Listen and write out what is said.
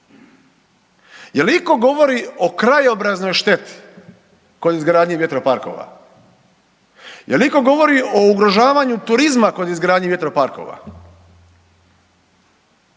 Jel itko govori o krajobraznoj šteti kod izgradnje vjetroparkova? Jel itko govori o ugrožavanju turizma kod izgradnje vjetroparkova?